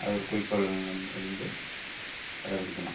அது ஒரு குறிக்கோள் அது வந்து கடைபிடிக்கணும்